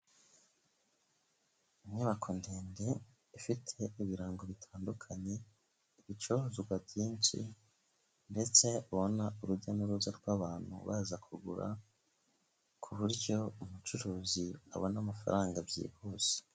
Inyubako ndende ifite ibirango bitandukanye, ibicuruzwa byinshi ndetse ubona urujya n'uruza rw'abantu baza kugura, ku buryo umucuruzi abona amafaranga byihuse.